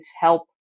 help